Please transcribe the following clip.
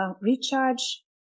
recharge